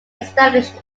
established